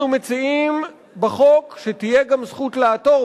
אנחנו מציעים בחוק שתהיה גם זכות לעתור,